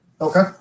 Okay